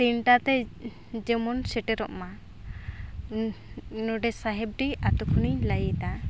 ᱛᱤᱱᱴᱟ ᱛᱮ ᱡᱮᱢᱚᱱ ᱥᱮᱴᱮᱨᱚᱜ ᱢᱟ ᱱᱚᱰᱮ ᱥᱟᱦᱮᱵᱰᱤ ᱟᱹᱛᱩ ᱠᱷᱚᱱᱤᱧ ᱞᱟᱹᱭ ᱮᱫᱟ